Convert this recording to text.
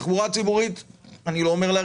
אני רוצה לברך